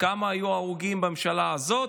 כמה הרוגים היו בממשלה הזאת,